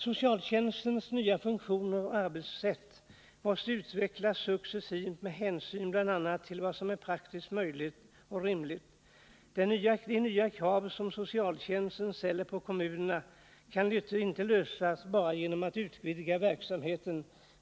Socialtjänstens nya funktioner och arbetssätt måste utvecklas successivt med hänsyn bl.a. till vad som är praktiskt möjligt och rimligt. De nya krav som socialtjänsten ställer på kommunerna kan inte uppfyllas bara genom att man utvidgar verksamheten.